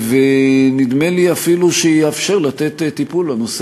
ונדמה לי אפילו שזה יאפשר לתת טיפול לנושא